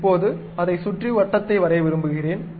இப்போது அதைச் சுற்றி ஒரு வட்டத்தை வரைய விரும்புகிறேன்